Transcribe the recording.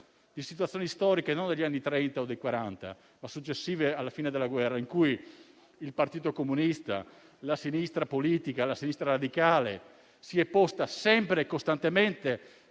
di situazioni storiche, non degli anni Trenta o Quaranta, ma successive alla fine della guerra, in cui il Partito Comunista e la sinistra politica o quella radicale si sono posti sempre costantemente